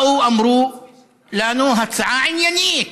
באו ואמרו לנו: הצעה עניינית,